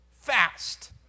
fast